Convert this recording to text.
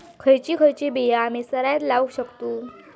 खयची खयची बिया आम्ही सरायत लावक शकतु?